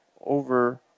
over